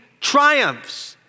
triumphs